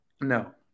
No